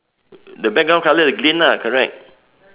the background colour is green lah correct